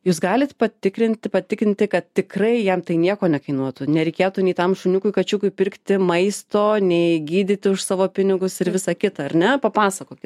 jūs galit patikrinti patikinti kad tikrai jam tai nieko nekainuotų nereikėtų nei tam šuniukui kačiukui pirkti maisto nei gydyti už savo pinigus ir visa kita ar ne papasakokit